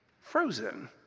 Frozen